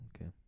Okay